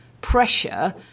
pressure